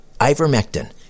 Ivermectin